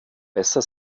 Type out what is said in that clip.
besser